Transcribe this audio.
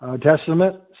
Testament